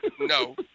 No